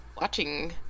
watching